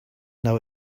now